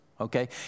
Okay